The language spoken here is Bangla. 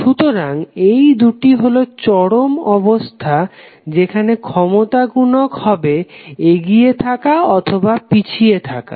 সুতরাং এই দুটি হলো চরম অবস্থা যেখানে ক্ষমতা গুনক হবে এগিয়ে থাকা অথবা পিছিয়ে থাকা